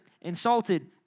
insulted